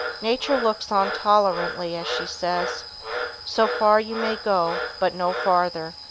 nature looks on tolerantly as she says so far you may go, but no farther,